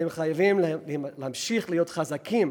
הם חייבים להמשיך להיות חזקים